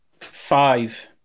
Five